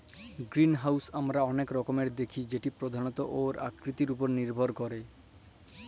greenhouse আমরা অলেক রকমের দ্যাখি যেট পধালত উয়ার আকৃতির উপর লির্ভর ক্যরে